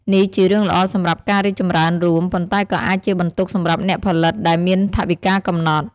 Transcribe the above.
នេះជារឿងល្អសម្រាប់ការរីកចម្រើនរួម ប៉ុន្តែក៏អាចជាបន្ទុកសម្រាប់អ្នកផលិតដែលមានថវិកាកំណត់។